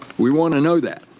we want to know that.